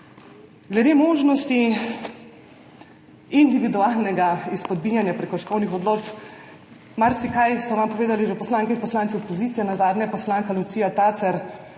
Glede možnosti individualnega izpodbijanja prekrškovnih odločb. Marsikaj so vam povedali že poslanke in poslanci opozicije, nazadnje poslanka Lucija Tacer,